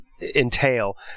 Entail